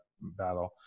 battle